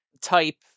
type